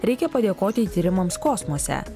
reikia padėkoti tyrimams kosmose